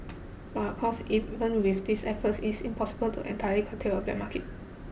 but of course even with these efforts is impossible to entirely curtail a black market